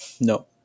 No